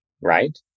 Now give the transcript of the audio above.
right